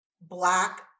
black